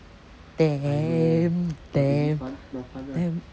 damn damn damn